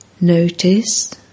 Notice